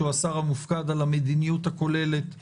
שהוא השר המופקד על המדיניות הכוללת בתחום.